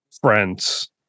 friends